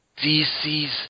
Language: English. DC's